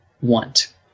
want